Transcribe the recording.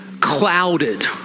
clouded